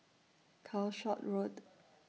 Calshot Road